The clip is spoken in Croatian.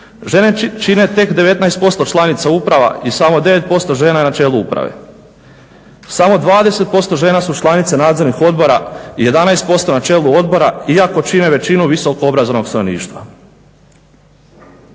Žene čine tek 19% članica uprava i samo 9% žena je na čelu uprave. Samo 20% žena su članice nadzornih odbora i 11% na čelu odbora iako čine većinu visokoobrazovnog stanovništva.